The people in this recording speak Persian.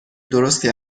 درستی